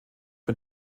mit